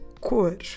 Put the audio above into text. cor